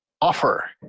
offer